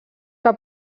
que